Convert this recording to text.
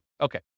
Okay